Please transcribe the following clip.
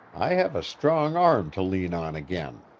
i have a strong arm to lean on again.